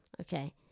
Okay